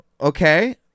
Okay